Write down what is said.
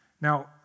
Now